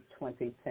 2010